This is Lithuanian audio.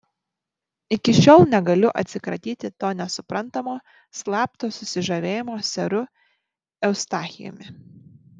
iki šiol negaliu atsikratyti to nesuprantamo slapto susižavėjimo seru eustachijumi